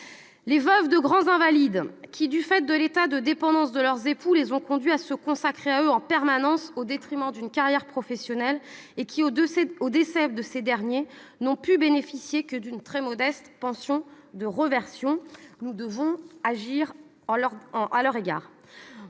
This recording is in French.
aux veuves de grands invalides qui, du fait de l'état de dépendance de leur époux, se sont consacrées à lui en permanence au détriment d'une carrière professionnelle et qui, au décès de ce dernier, n'ont pu bénéficier que d'une très modeste pension de réversion. Nous devons agir à leur égard.